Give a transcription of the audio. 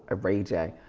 ah ray j.